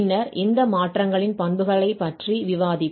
பின்னர் இந்த மாற்றங்களின் பண்புகளைப் பற்றி விவாதிப்போம்